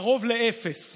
קרוב לאפס.